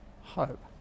hope